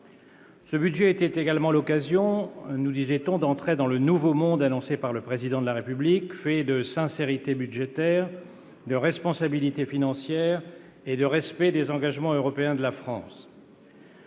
Ce budget était également l'occasion, nous disait-on, d'entrer dans le « nouveau monde » annoncé par le Président de la République, fait de sincérité budgétaire, de responsabilité financière et de respect des engagements européens de la France.